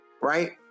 right